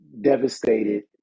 devastated